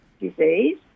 disease